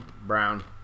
Brown